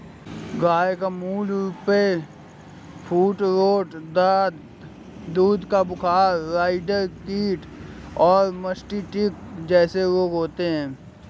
गय के मूल रूपसे फूटरोट, दाद, दूध का बुखार, राईडर कीट और मास्टिटिस जेसे रोग होते हें